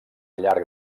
llarg